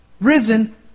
risen